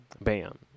bam